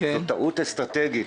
זה טעות אסטרטגית.